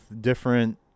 different